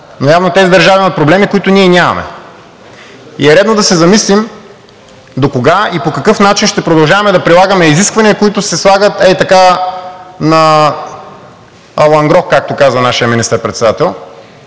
но явно тези държави имат проблеми, които ние нямаме. Редно е да се замислим докога и по какъв начин ще продължаваме да прилагаме изисквания, които се слагат ей така „на алангро“, както казва нашият министър-председател,